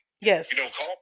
Yes